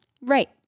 right